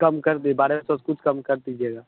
कम कर दें बारह सौ कुछ कम कर दीजिएगा